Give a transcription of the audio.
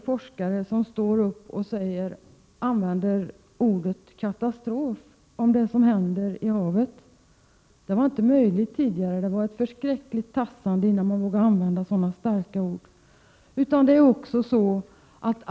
Forskare står i dag upp och använder ordet katastrof om det som händer i havet. Det var inte möjligt tidigare, utan det var ett förskräckligt tassande innan man vågade använda — Prot. 1987/88:134 sådana starka ord.